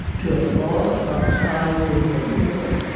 to have lost our ties with one another,